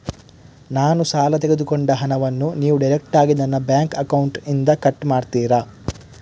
ನಾನು ಸಾಲ ತೆಗೆದುಕೊಂಡ ಹಣವನ್ನು ನೀವು ಡೈರೆಕ್ಟಾಗಿ ನನ್ನ ಬ್ಯಾಂಕ್ ಅಕೌಂಟ್ ಇಂದ ಕಟ್ ಮಾಡ್ತೀರಾ?